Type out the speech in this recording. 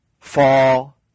fall